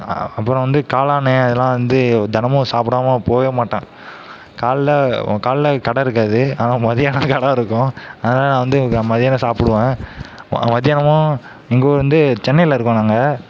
அப்புறம் வந்து காளான்னு அதலாம் வந்து தினமும் சாப்பிடாமல் போகவே மாட்டேன் காலைல காலைல கடை இருக்காது ஆனால் மதியானம் கடை இருக்கும் அதனால நான் வந்து மதியானம் சாப்பிடுவேன் மதியானமும் எங்கள் ஊர் வந்து சென்னையில் இருக்கோம் நாங்கள்